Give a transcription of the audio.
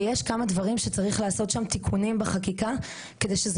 יש כמה דברים שצריך לעשות שם תיקונים בחקיקה כדי שזה